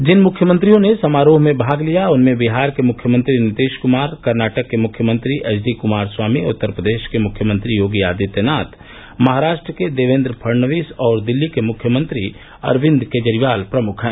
जिन मुख्यमंत्रियों ने समारोह में भाग लिया उनमें बिहार के मुख्यमंत्री नितिश कुमार कर्नाटक के मुख्ययमंत्री एचडी कुमार स्वामी उत्तर प्रदेश के योगी आदित्यनाथ महाराष्ट्र के देवेन्द्र फडनवीस और दिल्ली के मुख्यमंत्री अरविन्द केजरीवाल प्रमुख हैं